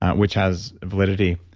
which has validity.